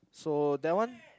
so that one